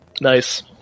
Nice